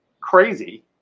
crazy